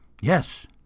Yes